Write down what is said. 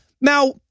Now